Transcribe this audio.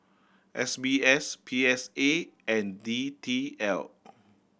S B S P S A and D T L